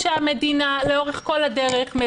המדינה לאורך כל הדרך,